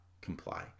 comply